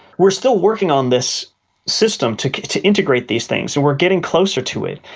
we are still working on this system, to to integrate these things, and we are getting closer to it.